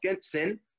sin